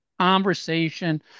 conversation